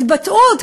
התבטאות,